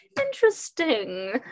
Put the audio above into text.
Interesting